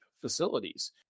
facilities